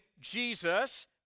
Jesus